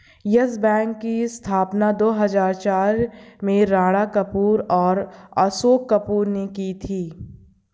yes Bank की स्थापना दो हजार चार में राणा कपूर और अशोक कपूर ने की थी